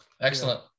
excellent